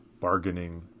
bargaining